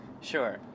Sure